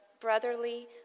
brotherly